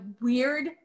weird